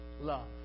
love